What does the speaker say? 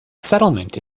settlement